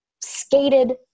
skated